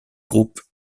groupe